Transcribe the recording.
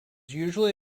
usually